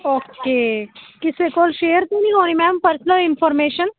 okay ਕਿਸੇ ਕੋਲ share ਤਾਂ ਨਹੀਂ ਹੋ ਰਹੀ ਮੈਮ ਪਰਸਨਲ ਇਨਫੋਰਮੇਸ਼ਨ